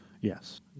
Yes